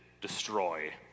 destroy